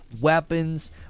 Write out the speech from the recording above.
weapons